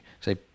say